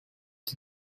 die